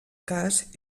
cas